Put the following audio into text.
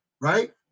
Right